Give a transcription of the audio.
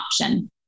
option